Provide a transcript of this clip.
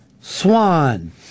Swan